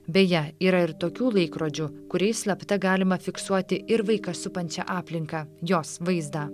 beje yra ir tokių laikrodžių kuriais slapta galima fiksuoti ir vaiką supančią aplinką jos vaizdą